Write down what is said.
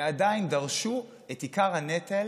ועדיין דרשו את עיקר הנטל